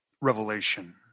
revelation